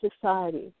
society